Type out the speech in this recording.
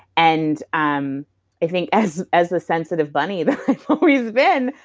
and um i think as as the sensitive bunny that i've always been,